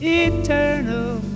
eternal